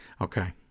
Okay